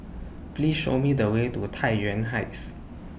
Please Show Me The Way to Tai Yuan Heights